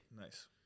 Nice